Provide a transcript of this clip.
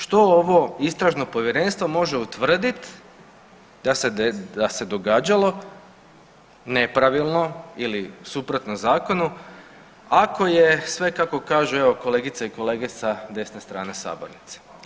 Što ovo istražno povjerenstvo može utvrdit da se događalo nepravilno ili suprotno zakonu ako je sve kako kažu evo kolegice i kolege sa desne strane sabornice?